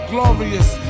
Glorious